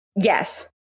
Yes